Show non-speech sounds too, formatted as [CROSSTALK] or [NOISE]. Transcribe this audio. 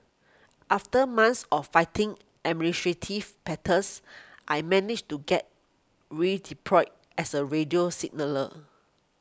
after months of fighting administrative [UNINTELLIGIBLE] I managed to get redeployed as a radio signaller